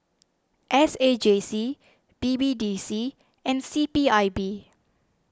S A J C B B D C and C P I B